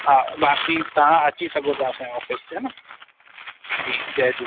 हा बाक़ी तव्हां अची सघो था असां जे ऑफिस ते हन जी जय झूलेलाल